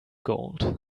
gold